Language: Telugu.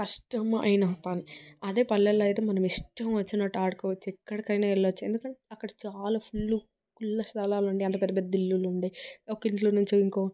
కష్టమైన పని అదే పల్లెల్లో అయితే మన ఇష్టం వచ్చినట్టు ఆడుకోవచ్చు ఎక్కడికైనా వెళ్ళొచ్చు ఎందుకంటే అక్కడ చాలా ఫుల్ ఫుల్ స్థలాలు ఉంటాయి అంటే పెద్దపెద్ద ఇల్లులు ఉండయి ఒక ఇల్లు నుంచి ఇంకో